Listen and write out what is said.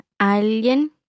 alguien